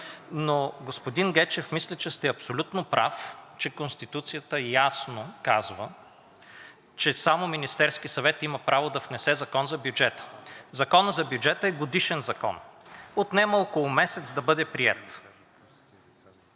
Но господин Гечев, мисля, че сте абсолютно прав, че Конституцията ясно казва, че само Министерският съвет има право да внесе закон за бюджета. Законът за бюджета е годишен закон, отнема около месец да бъде приет.